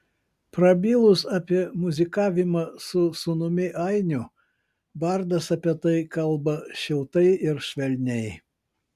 prabilus apie muzikavimą su sūnumi ainiu bardas apie tai kalba šiltai ir švelniai